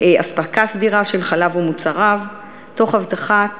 אספקה סדירה של חלב ומוצריו, תוך הבטחת